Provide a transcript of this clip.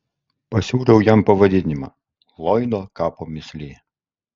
pasiūliau jam pavadinimą lloydo kapo mįslė